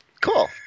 Cool